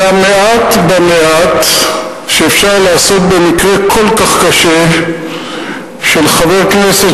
זה המעט במעט שאפשר לעשות במקרה כל כך קשה של חבר כנסת